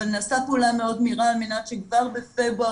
אבל נעשתה פעולה מאוד מהירה על מנת שכבר בפברואר